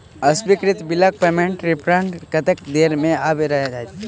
अस्वीकृत बिलक पेमेन्टक रिफन्ड कतेक देर मे आबि जाइत?